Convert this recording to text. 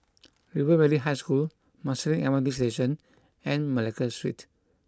River Valley High School Marsiling M R T Station and Malacca Street